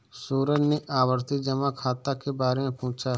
सूरज ने आवर्ती जमा खाता के बारे में पूछा